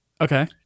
Okay